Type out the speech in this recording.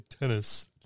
tennis